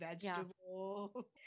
vegetable